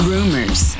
Rumors